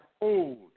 old